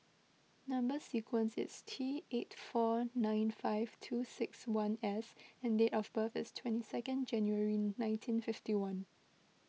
Number Sequence is T eight four nine five two six one S and date of birth is twenty second January nineteen fifty one